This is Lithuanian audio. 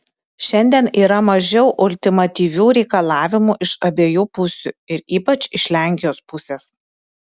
šiandien yra mažiau ultimatyvių reikalavimų iš abiejų pusių ir ypač iš lenkijos pusės